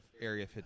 Area